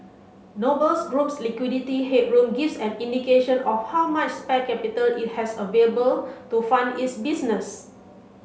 Nobles Group's liquidity headroom gives an indication of how much spare capital it has available to fund its business